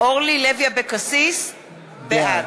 (קוראת